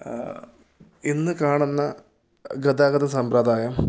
ഇന്ന് കാണുന്ന ഗതാഗത സമ്പ്രദായം